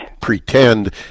pretend